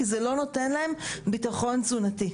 כי זה לא נותן להם ביטחון תזונתי.